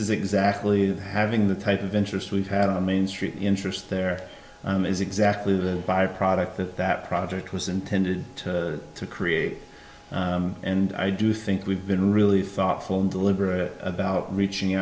is exactly having the type of interest we've had on main street interest there is exactly the byproduct that that project was intended to create and i do think we've been really thoughtful and deliberate about reaching